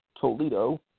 Toledo